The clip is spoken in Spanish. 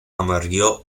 amarillo